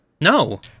No